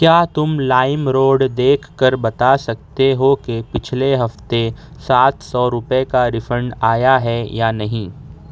کیا تم LimeRoad دیکھ کر بتا سکتے ہو کہ پچھلے ہفتے سات سو روپئے کا ریفنڈ آیا ہے یا نہیں